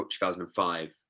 2005